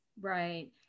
Right